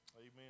Amen